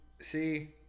see